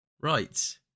Right